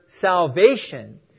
salvation